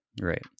Right